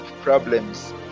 problems